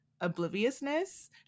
obliviousness